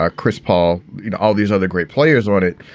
ah chris paul, you know all these other great players on it.